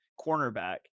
cornerback